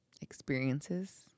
experiences